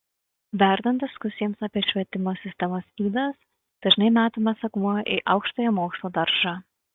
verdant diskusijoms apie švietimo sistemos ydas dažnai metamas akmuo į aukštojo mokslo daržą